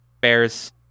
bears